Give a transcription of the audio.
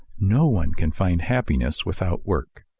no one can find happiness without work.